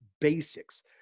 basics